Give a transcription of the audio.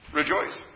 rejoice